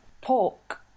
pork